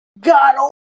god